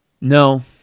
No